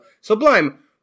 Sublime